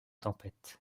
tempêtes